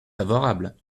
favorable